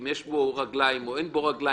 אם יש לו רגליים או אין לו רגליים,